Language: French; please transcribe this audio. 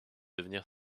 devenir